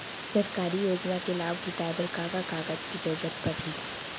सरकारी योजना के लाभ उठाए बर का का कागज के जरूरत परही